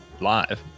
live